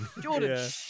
Jordan